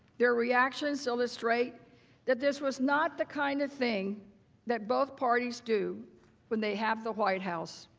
their reactions illustrate that this was not the kind of thing that both parties do when they have the white house.